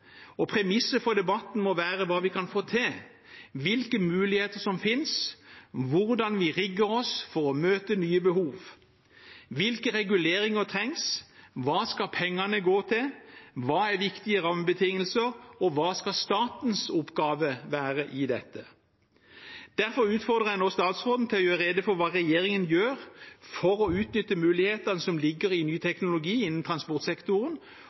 muligheter. Premisset for debatten må være hva vi kan få til, hvilke muligheter som finnes, og hvordan vi rigger oss for å møte nye behov. Hvilke reguleringer trengs, hva skal pengene gå til, hva er viktige rammebetingelser, og hva skal statens oppgave i dette være? Derfor utfordrer jeg nå statsråden til å gjøre rede for hva regjeringen gjør for å utnytte mulighetene som ligger i ny teknologi innenfor transportsektoren,